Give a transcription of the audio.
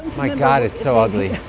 my god. it's so ugly